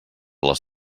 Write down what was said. les